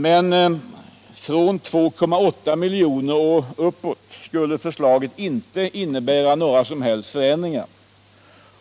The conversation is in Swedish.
Men från 2,8 miljoner och uppåt skulle förslaget inte innebära några som helst förändringar.